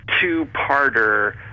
two-parter